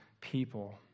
people